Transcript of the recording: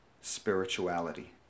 spirituality